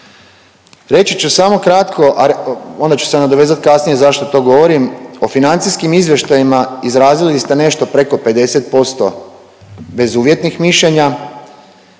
Reći ću samo kratko, a onda ću se nadovezati kasnije zašto to govorim o financijskim izvještajima izrazili ste nešto preko 50% bezuvjetnih mišljenja,